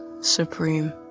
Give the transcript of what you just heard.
Supreme